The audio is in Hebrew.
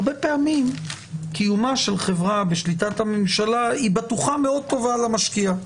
הרבה פעמים קיומה של חברה בשליטת הממשלה היא בטוחה מאוד טובה למשקיע,